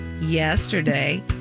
Yesterday